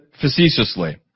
facetiously